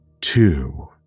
two